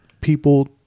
people